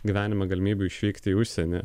gyvenime galimybių išvykti į užsienį